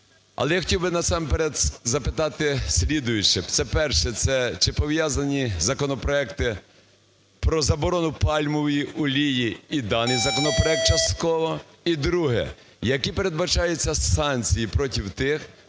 Але я хотів би, насамперед, запитати слідуюче. Це перше – це чи пов'язані законопроекти про заборону пальмової олії і даний законопроект частково? І друге – які передбачаються санкції проти тих,